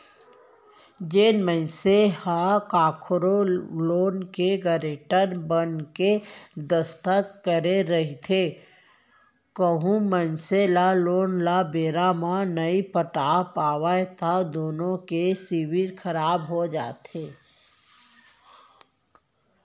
जेन मनसे ह कखरो लोन के गारेंटर बनके दस्कत करे रहिथे कहूं मनसे ह लोन ल बेरा म नइ पटा पावय त दुनो के सिविल खराब हो जाथे